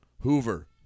Hoover